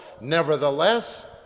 Nevertheless